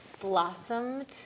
blossomed